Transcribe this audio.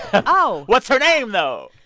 and oh what's her name, though?